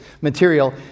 material